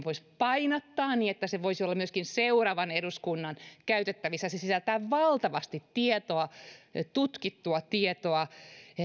voisi painattaa niin että se voisi olla myöskin seuraavan eduskunnan käytettävissä se sisältää valtavasti tietoa tutkittua tietoa